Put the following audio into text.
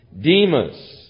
Demas